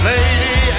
Lady